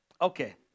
Okay